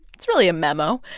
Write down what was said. it's really a memo.